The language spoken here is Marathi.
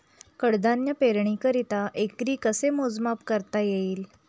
कडधान्य पेरणीकरिता एकरी कसे मोजमाप करता येईल?